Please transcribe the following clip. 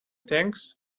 thanks